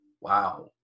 Wow